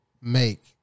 make